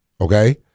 okay